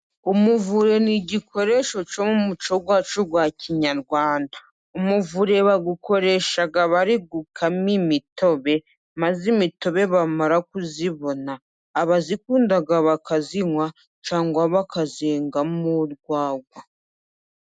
Umuvure ni igikoresho cyo mu umuco wacu wa kinyarwanda. Umuvure bagukoresha bari gukama imitobe maze imitobe bamara kuyibona, abazikunda bakayinywa cyangwa bakazengamo urwagwa.